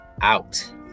out